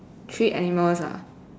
three animals ah